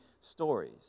stories